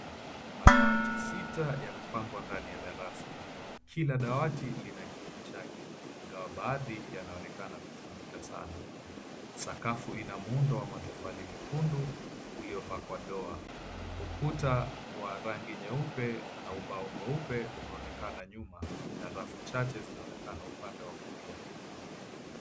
Madawati sita yamepangwa ndani ya darasa, kila dawati lina kiti chake ingawa baadhi yanaonekana kutumika sana. Sakafu ina muundo wa matofali mekundu uliopakwa doa. Ukuta wa rangi nyeupe na ubao mweupe unaonekana nyuma na rafu chache zinaonekana upande wa kulia.